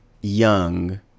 young